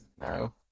no